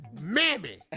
mammy